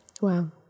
Wow